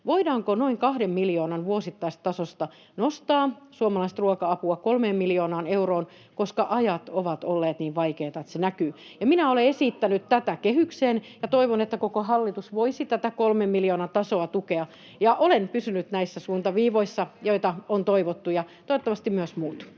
voidaanko noin kahden miljoonan vuosittaisesta tasosta nostaa suomalaista ruoka-apua kolmeen miljoonaan euroon, koska ajat ovat olleet niin vaikeita, että se näkyy. Minä olen esittänyt tätä kehykseen, ja toivon, että koko hallitus voisi tätä kolmen miljoonan tasoa tukea. Olen pysynyt näissä suuntaviivoissa, joita on toivottu, ja toivottavasti myös muut.